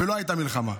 ולא הייתה מלחמה.